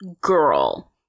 girl